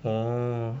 哦